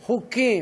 חוקים,